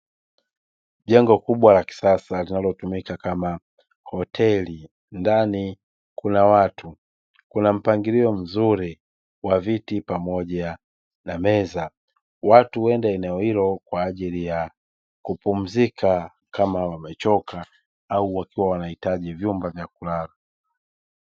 Jengo kubwa la kisasa linalotumika kama hoteli ndani kuna watu, kuna mpangilio mzuri wa viti pamoja na meza, watu huenda eneo hilo kwa ajili ya kupumzika kama wamechoka au wakiwa wanahitaji vyumba vya kulala.